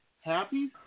Happy